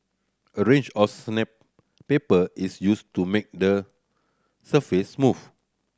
a range of sandpaper is used to make the surface smooth